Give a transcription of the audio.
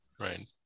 Right